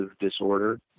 disorder